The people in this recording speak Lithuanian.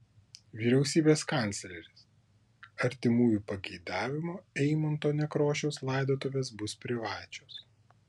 vyriausybės kancleris artimųjų pageidavimu eimunto nekrošiaus laidotuvės bus privačios